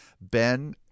Ben